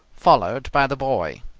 followed by the boy.